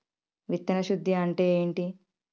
విత్తన శుద్ధి అంటే ఏంటి?